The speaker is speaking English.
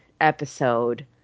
episode